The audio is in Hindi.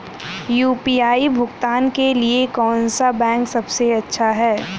यू.पी.आई भुगतान के लिए कौन सा बैंक सबसे अच्छा है?